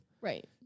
Right